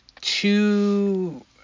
two